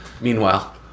Meanwhile